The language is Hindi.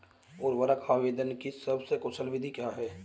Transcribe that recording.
उर्वरक आवेदन की सबसे कुशल विधि क्या है?